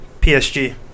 PSG